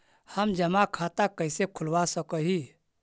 हम जमा खाता कैसे खुलवा सक ही?